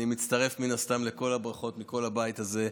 אני מצטרף לכל הברכות מכל הבית הזה,